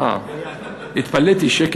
אה, סיימתי כבר?